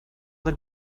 del